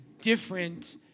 different